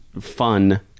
fun